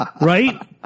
Right